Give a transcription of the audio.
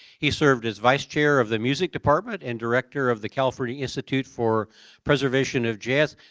he served as vice chair of the music department and director of the california institute for preservation of jazz,